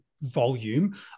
volume